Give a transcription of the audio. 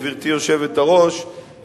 גברתי היושבת-ראש,